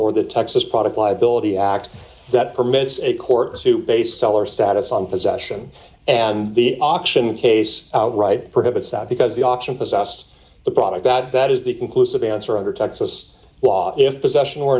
or the texas product liability act that permits a court to base seller status on possession and the auction case prohibits that because the auction possess the product that that is the conclusive answer under texas law if possession